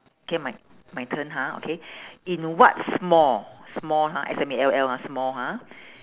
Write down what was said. okay my my turn ha okay in what small small ha S M A L L ha small ha